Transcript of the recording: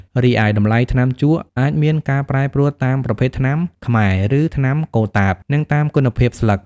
រីឯតម្លៃថ្នាំជក់អាចមានការប្រែប្រួលតាមប្រភេទ ថ្នាំខ្មែរ ឬថ្នាំកូតាប និងតាមគុណភាពស្លឹក។